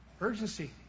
urgency